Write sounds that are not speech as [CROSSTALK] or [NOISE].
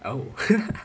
oh [LAUGHS]